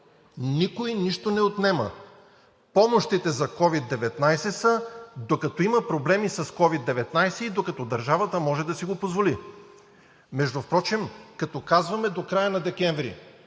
Никой нищо не отнема. Помощите за COVID-19 са – докато има проблеми с COVID-19 и докато държавата може да си го позволи. Впрочем, като казваме до края на декември,